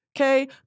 okay